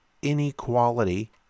inequality